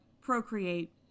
Procreate